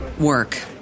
work